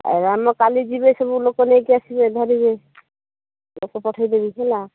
ଆଉ ଆମ କାଲି ଯିବେ ସବୁ ଲୋକ ନେଇକି ଆସିବେ ଧରିବେ ଲୋକ ପଠାଇ ଦେବି ହେଲା